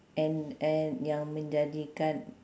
and and yang menjadikan